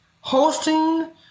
Hosting